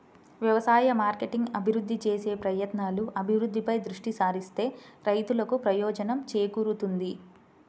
వ్యవసాయ మార్కెటింగ్ అభివృద్ధి చేసే ప్రయత్నాలు, అభివృద్ధిపై దృష్టి సారిస్తే రైతులకు ప్రయోజనం చేకూరుతుంది